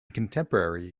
contemporary